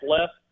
left